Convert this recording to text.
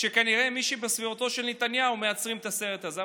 שכנראה בסביבתו של נתניהו מייצרים את הסרט הזה.